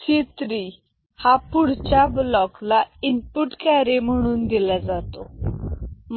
c3 हा पुढच्या ब्लॉकला इनपुट कॅरी म्हणून दिला जातो